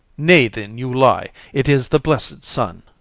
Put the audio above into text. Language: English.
nay, then you lie it is the blessed sun.